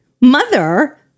mother